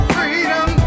Freedom